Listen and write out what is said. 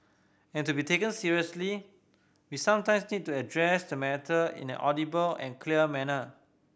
and to be taken seriously we sometimes need to address the matter in an audible and clear manner